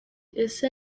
ese